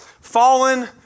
fallen